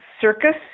circus